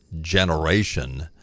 generation